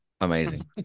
Amazing